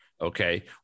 okay